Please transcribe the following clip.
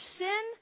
sin